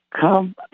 come